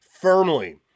firmly